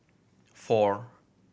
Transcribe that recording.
four